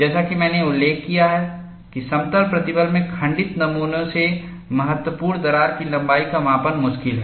जैसा कि मैंने उल्लेख किया है समतल प्रतिबल में खंडित नमूने से महत्वपूर्ण दरार की लंबाई का मापन मुश्किल है